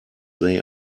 they